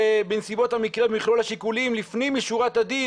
בנסיבות המקרה במכלול השיקולים לפנים משורת הדין,